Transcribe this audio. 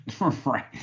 Right